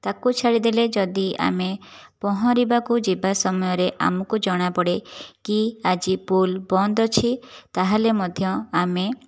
ତାକୁ ଛାଡ଼ିଦେଲେ ଯଦି ଆମେ ପହଁରିବାକୁ ଯିବା ସମୟରେ ଆମକୁ ଜଣା ପଡ଼େ କି ଆଜି ପୁଲ୍ ବନ୍ଦ ଅଛି ତା'ହେଲେ ମଧ୍ୟ ଆମେ